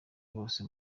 bose